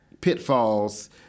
pitfalls